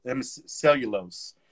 cellulose